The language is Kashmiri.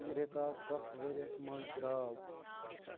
یہِ رِکاڈ کَتھ ؤرِیس منٛز درٛاو